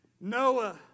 Noah